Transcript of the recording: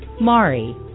Mari